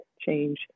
change